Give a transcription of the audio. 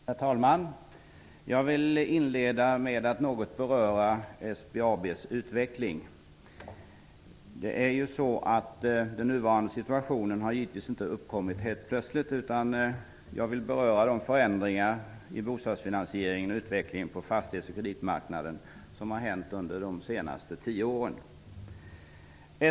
Herr talman! Jag vill inleda med att något beröra SBAB:s utveckling. Den nuvarande situationen har givetvis inte uppkommit helt plötsligt. Förändringarna i bostadsfinansieringen och utvecklingen på fastighets och kreditmarknaden har skett under de senaste tio åren.